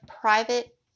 private